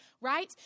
right